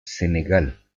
senegal